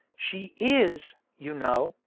she is, you know,